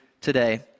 today